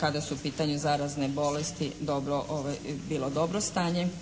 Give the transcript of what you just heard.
kada su u pitanju zarazne bolesti dobro, bilo dobro stanje,